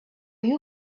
you